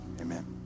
Amen